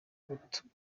gutuma